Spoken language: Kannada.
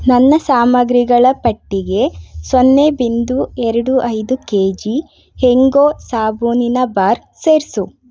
ನನ್ನ ಸಾಮಗ್ರಿಗಳ ಪಟ್ಟಿಗೆ ಸೊನ್ನೆ ಬಿಂದು ಎರಡು ಐದು ಕೆ ಜಿ ಹೆಂಗೋ ಸಾಬೂನಿನ ಬಾರ್ ಸೇರಿಸು